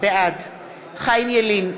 בעד חיים ילין,